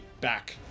back